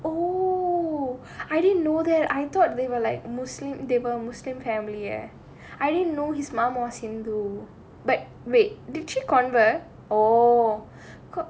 oh I didn't know that I thought they were like muslim they got muslim family eh I didn't know his mum was hindu but wait did she convert oh